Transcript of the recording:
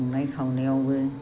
संनाय खावनायावबो